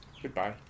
Goodbye